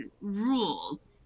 rules